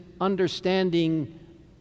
understanding